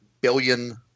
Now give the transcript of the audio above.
billion